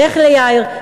לך ליאיר,